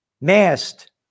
masked